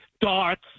Darts